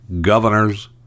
governors